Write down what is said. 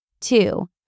Two